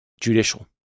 Judicial